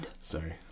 sorry